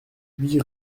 huit